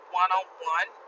one-on-one